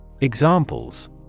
Examples